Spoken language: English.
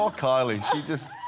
ah kylie she just